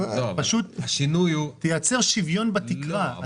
תייצר שוויון בתקרה.